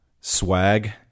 swag